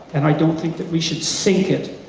and i don't think that we should sink it.